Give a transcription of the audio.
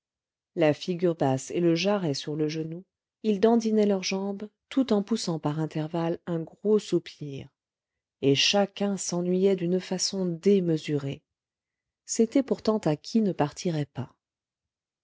la figure basse et le jarret sur le genou ils dandinaient leur jambe tout en poussant par intervalles un gros soupir et chacun s'ennuyait d'une façon démesurée c'était pourtant à qui ne partirait pas